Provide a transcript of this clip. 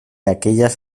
aquellas